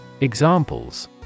Examples